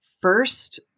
first